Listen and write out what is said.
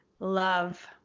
love